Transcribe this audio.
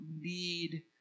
need